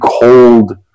cold